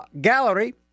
Gallery